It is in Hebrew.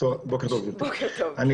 אני